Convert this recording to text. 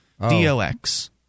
DOX